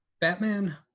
Batman